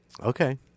Okay